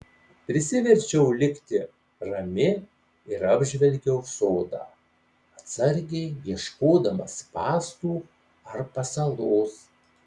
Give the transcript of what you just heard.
prisiverčiau likti rami ir apžvelgiau sodą atsargiai ieškodama spąstų ar pasalos